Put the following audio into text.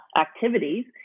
activities